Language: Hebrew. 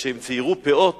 וכשהם ציירו פאות